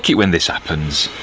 when this happens,